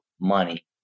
money